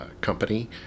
company